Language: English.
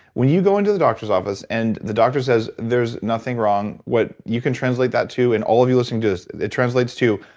when you go into the doctor's office and the doctor says, there's nothing wrong, what you can translate that to, and all of you listening to this, it translates to,